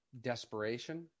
desperation